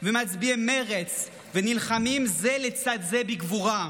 ומצביעי מרצ ונלחמים זה לצד זה בגבורה,